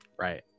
right